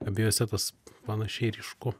abiejose tas panašiai ryšku